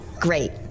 Great